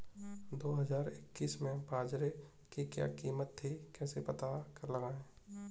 दो हज़ार इक्कीस में बाजरे की क्या कीमत थी कैसे पता लगाएँ?